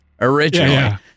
originally